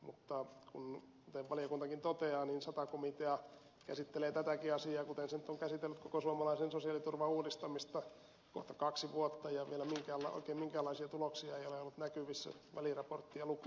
mutta kuten valiokuntakin toteaa sata komitea käsittelee tätäkin asiaa kuten se nyt on käsitellyt koko suomalaisen sosiaaliturvan uudistamista kohta kaksi vuotta ja vielä oikein minkäänlaisia tuloksia ei ole ollut näkyvissä väliraporttia lukuun ottamatta